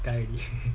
改 orange